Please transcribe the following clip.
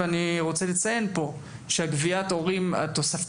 ואני רוצה לציין פה שהגבייה התוספתית